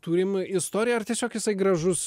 turim istoriją ar tiesiog jisai gražus